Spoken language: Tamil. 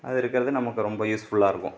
அது இருக்கிறது நமக்கு ரொம்ப யூஸ்ஃபுல்லாயிருக்கும்